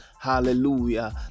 hallelujah